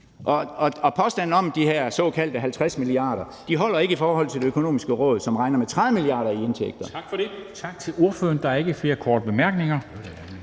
Og påstanden om de her såkaldte 50 mia. kr. holder altså ikke i forhold til Det Økonomiske Råd, som regner med 30 mia. kr. i indtægter.